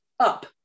up